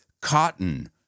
cotton